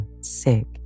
sick